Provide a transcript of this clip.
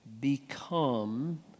become